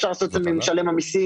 אפשר לעשות את זה ממשלם המיסים.